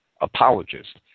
apologist